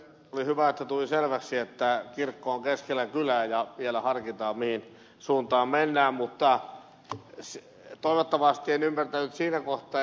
on hyvä että tuli selväksi että kirkko on keskellä kylää ja vielä harkitaan mihin suuntaan mennään mutta toivottavasti en ymmärtänyt siinä kohtaa ed